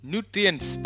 Nutrients